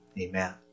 Amen